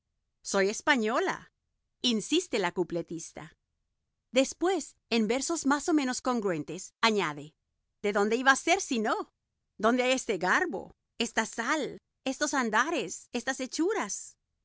ella soy española insiste la cupletista después en versos más o menos congruentes añade de dónde iba a ser si no dónde hay este garbo esta sal estos andares estas hechuras